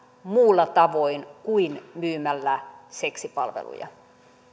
muulla tavoin kuin myymällä seksipalveluja